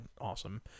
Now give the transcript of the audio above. awesome